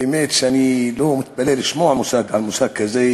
האמת שאני לא מתפלא לשמוע על מושג כזה,